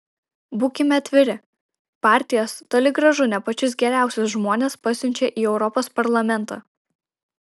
būkime atviri partijos toli gražu ne pačius geriausius žmones pasiunčia į europos parlamentą